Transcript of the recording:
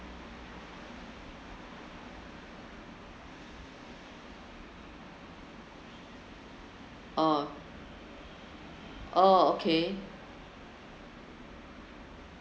orh orh okay